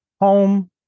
home